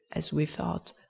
as we thought,